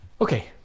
Okay